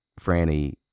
Franny